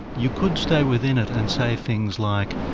you could stay within it and say things like,